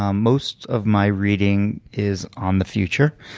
um most of my reading is on the future.